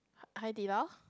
hai~ Hai-Di-Lao